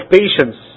patience